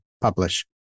publish